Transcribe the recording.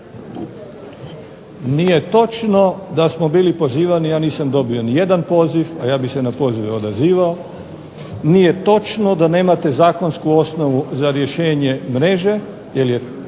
Nije točno da smo bili pozivani, ja nisam dobio ni jedna poziv, a ja bih se na poziv odazivao, nije točno da nemate zakonsku osnovu za rješenje mreže, jer imate